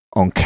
on